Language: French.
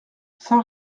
saint